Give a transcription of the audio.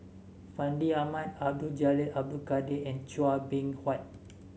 Fandi Ahmad Abdul Jalil Abdul Kadir and Chua Beng Huat